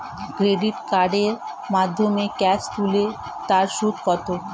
Credit কার্ডের মাধ্যমে cash তুলে তার সুদ কত?